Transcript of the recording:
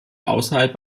außerhalb